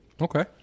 Okay